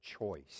choice